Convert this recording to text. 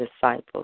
disciples